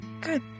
Good